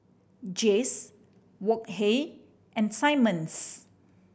Jays Wok Hey and Simmons